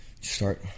start